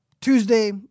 Tuesday